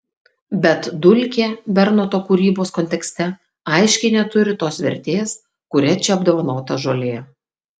bet dulkė bernoto kūrybos kontekste aiškiai neturi tos vertės kuria čia apdovanota žolė